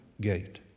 gate